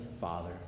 Father